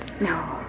No